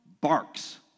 barks